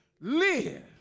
live